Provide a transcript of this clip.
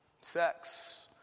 sex